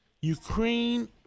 Ukraine